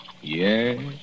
Yes